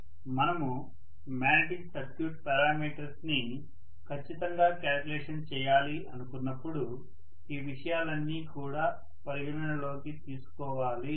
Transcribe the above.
మనము magnetic circuit parameters ని ఖచ్చితంగా క్యాలిక్యులేషన్ చేయాలి అనుకున్నపుడు ఈ విషయాలన్నీ కూడా పరిగణనలోకి తీసుకోవాలి